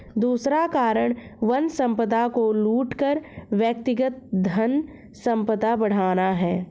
दूसरा कारण वन संपदा को लूट कर व्यक्तिगत धनसंपदा बढ़ाना है